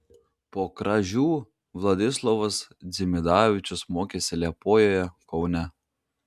po kražių vladislovas dzimidavičius mokėsi liepojoje kaune